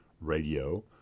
radio